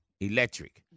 electric